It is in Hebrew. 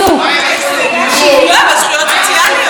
שוויון, זכויות סוציאליות.